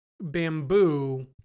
bamboo